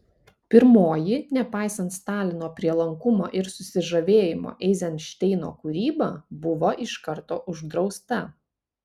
pirmoji nepaisant stalino prielankumo ir susižavėjimo eizenšteino kūryba buvo iš karto uždrausta